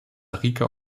rica